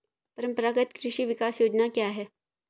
परंपरागत कृषि विकास योजना क्या है?